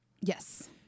Yes